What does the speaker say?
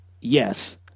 Yes